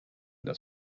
das